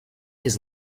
his